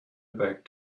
back